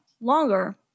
longer